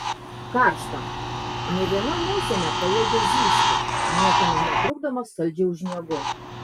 karšta nė viena musė nepajėgia zyzti niekieno netrukdomas saldžiai užmiegu